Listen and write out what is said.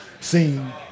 seen